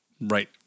right